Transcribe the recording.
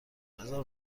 بذار